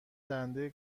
دنده